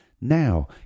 Now